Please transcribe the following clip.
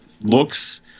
looks